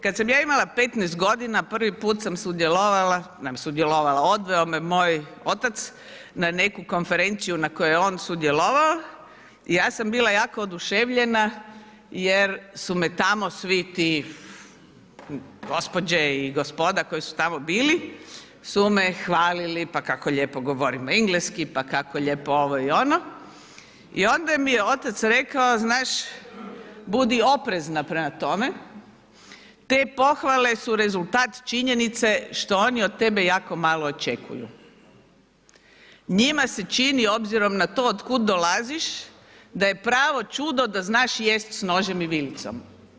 Kad sam ja imala 15 godina prvi put sam sudjelovala, sudjelovala, odveo me moj otac na neku konferenciju na kojoj je on sudjelovao i ja sam bila jako oduševljena jer su me tamo svi ti, gospođe i gospoda koji su tamo bili su me hvalili, pa kako lijepo govorim engleski, pa kako lijepo ovo i ono i onda mi je otac rekao, znaš budi oprezna prema tome, te pohvale su rezultat činjenice što oni od tebe jako malo očekuju, njima se čini obzirom na to od kud dolaziš da je pravo čudo da znaš jesti s nožem i vilicom.